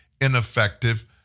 ineffective